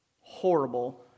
horrible